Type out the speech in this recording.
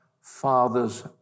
father's